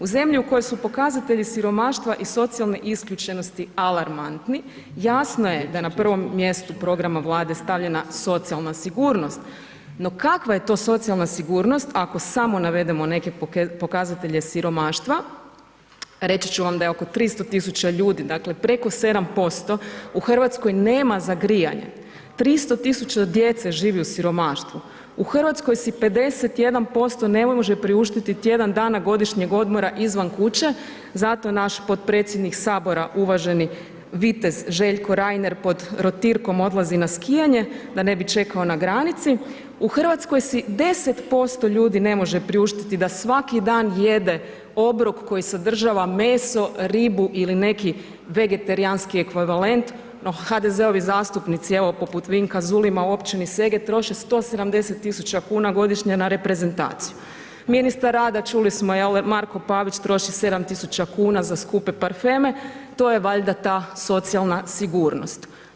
U zemlji u kojoj su pokazatelji siromaštva i socijalne isključenosti alarmantni jasno je da je na prvom mjestu programa Vlade stavljena socijalna sigurnost, no kakva je to socijalna sigurnost ako samo navedemo neke pokazatelje siromaštva reći ću vam da je oko 300.000 ljudi dakle preko 7% u Hrvatskoj nema za grijanje, 300.000 djece živi u siromaštvu, u Hrvatskoj si 51% ne može priuštiti tjedan dana godišnjeg odmora izvan kuće zato naš potpredsjednik sabora uvaženi vitez Željko Reiner pod rotirkom odlazi na skijanje da ne bi čekao na granici, u Hrvatskoj si 10% ljudi ne može priuštiti da svaki dan jede obrok koji sadržava meso, ribu ili neki vegetarijanski ekvivalent, no HDZ-ovi zastupnici, evo poput Vinka Zulima u općini Seget troše 170.000 kuna godina na reprezentaciju, ministar rada čuli smo jel Marko Pavić čuli smo troši 7.000 kuna na skupe parfeme, to je valjda ta socijalna sigurnost.